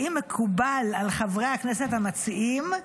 האם מקובל על חברי הכנסת המציעים?